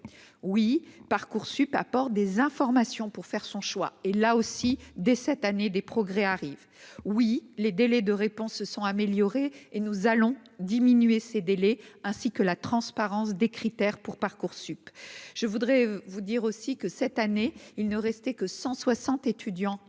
oui parcoursup apporte des informations pour faire son choix et, là aussi, dès cette année des progrès arrive, oui, les délais de réponse se sont améliorés et nous allons diminuer ces délais, ainsi que la transparence des critères pour Parcoursup je voudrais vous dire aussi que cette année, il ne restait que 160 étudiants après